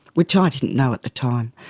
which i didn't know at the time.